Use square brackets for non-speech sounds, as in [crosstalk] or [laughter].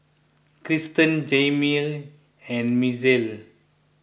[noise] Kristen Jaimie and Misael